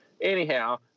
anyhow